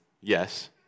yes